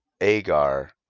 Agar